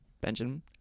Benjamin